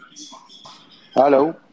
Hello